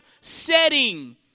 setting